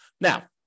Now